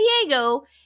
Diego